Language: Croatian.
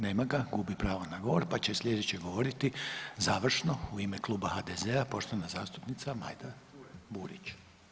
Nema ga, gubi pravo na govor, pa slijedeće govoriti završno u ime Kluba HDZ-a poštovana zastupnica Majda Burić.